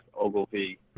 Ogilvy